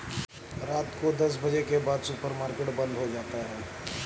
रात को दस बजे के बाद सुपर मार्केट बंद हो जाता है